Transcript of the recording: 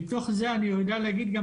מתוך זה אני יודע גם להגיד,